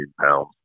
pounds